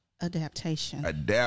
adaptation